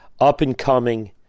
up-and-coming